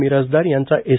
मिरासदार यांचा एस